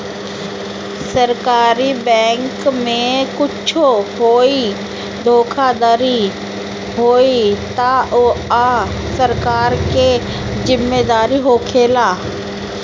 सरकारी बैंके में कुच्छो होई धोखाधड़ी होई तअ सरकार के जिम्मेदारी होखेला